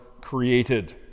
created